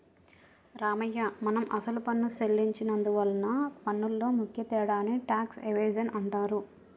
రామయ్య మనం అసలు పన్ను సెల్లించి నందువలన పన్నులో ముఖ్య తేడాని టాక్స్ ఎవేజన్ అంటారు